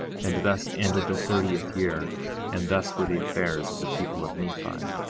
and thus ended the thirtieth year and thus were the affairs of the people of nephi.